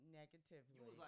negatively